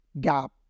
gap